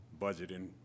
budgeting